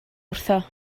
wrtho